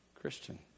Christian